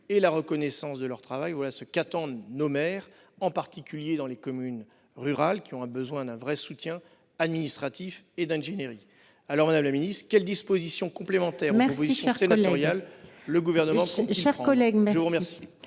et la reconnaissance de leur travail, voilà ce qu'attendent nos maires, en particulier dans les communes rurales, qui ont besoin d'un vrai soutien administratif et d'ingénierie. Il faut conclure, mon cher collègue ! Aussi, madame la ministre, quelles dispositions complémentaires des propositions sénatoriales le Gouvernement compte-t-il